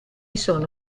sono